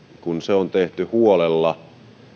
kun se on tehty huolella